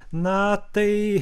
na tai